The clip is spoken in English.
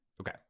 Okay